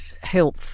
help